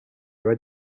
their